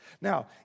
Now